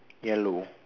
yellow